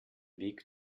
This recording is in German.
weg